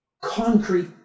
concrete